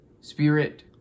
spirit